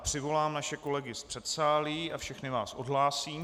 Přivolám naše kolegy z předsálí a všechny vás odhlásím.